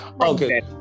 Okay